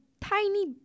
tiny